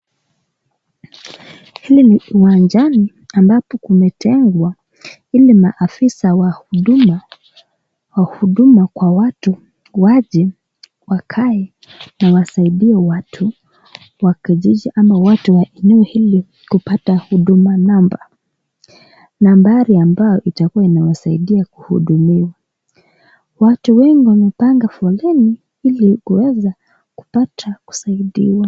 Hili ni uwanjani ambapo kumetengwa ili maafiosa wa huduma kwa watu waje wakae na wasaidie watu ama watu wa eneo hili kupata huduma namba. Nambari ambayo itakua inawasaidia kuhudumiwa. Watu wengi wamepanga foleni ili kuweza kupata kusaidiwa.